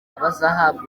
abazahabwa